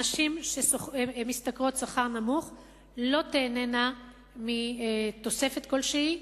הנשים שמשתכרות שכר נמוך לא תיהנינה מתוספת כלשהי,